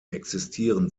existieren